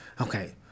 Okay